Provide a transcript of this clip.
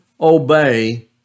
obey